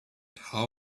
how